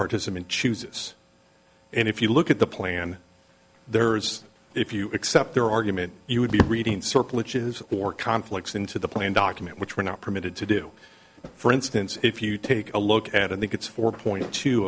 participant chooses and if you look at the plan there's if you accept their argument you would be reading surpluses or conflicts into the plan document which we're not permitted to do for instance if you take a look at and think it's four point two